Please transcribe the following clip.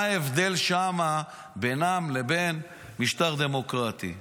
מה ההבדל בינם לבין משטר דמוקרטי?